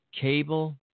cable